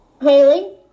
Haley